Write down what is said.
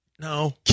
no